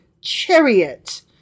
chariot